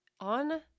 on